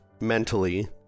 mentally